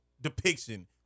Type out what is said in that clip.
depiction